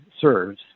serves